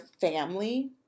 family